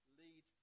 lead